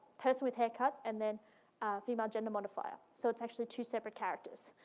person with haircut and then female gender modifier, so it's actually two separate characters.